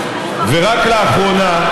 ורק לאחרונה,